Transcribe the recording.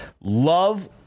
Love